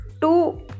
two